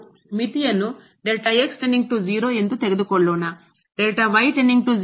ನಾವು ಮಿತಿಯನ್ನು ಎಂದು ತೆಗೆದುಕೊಳ್ಳೋಣ ಇದು